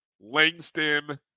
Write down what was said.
langston